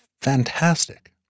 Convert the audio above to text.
fantastic